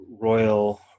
royal